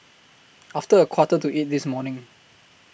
after A Quarter to eight This morning